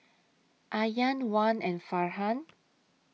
Aryan Wan and Farhan